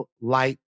light